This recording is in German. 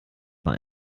bei